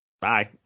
bye